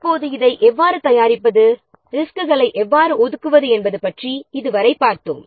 இப்போது இதை எவ்வாறு தயாரிப்பது ரிஸ்க்குகளை எவ்வாறு ஒதுக்குவது என்பது பற்றி இதுவரை பார்த்தோம்